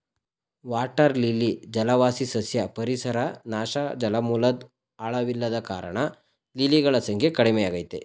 water lily ಜಲವಾಸಿ ಸಸ್ಯ ಪರಿಸರ ನಾಶ ಜಲಮೂಲದ್ ಆಳವಿಲ್ಲದ ಕಾರಣ ಲಿಲಿಗಳ ಸಂಖ್ಯೆ ಕಡಿಮೆಯಾಗಯ್ತೆ